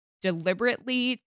deliberately